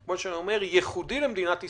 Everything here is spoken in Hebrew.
מה שאני אומר, ייחודי למדינת ישראל,